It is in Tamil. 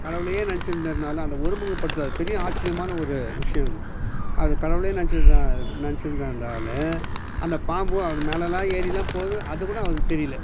கடவுளையே நெனைச்சி இருந்ததினால அந்த ஒரு முகப்படுத்துகிறாரு பெரிய ஆச்சரியமான ஒரு விஷயம் அது அவர் கடவுளையே நெனைச்சிட்டு நெனச்சிட்ருந்ததந்தால அந்த பாம்பு அவர் மேலேல்லாம் ஏறிலாம் போகுது அதுக்கூட அவருக்கு தெரியல